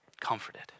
comforted